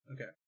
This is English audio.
Okay